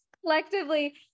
collectively